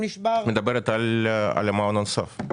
נשבר --- את מדברת על המעון הנוסף,